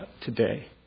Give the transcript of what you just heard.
today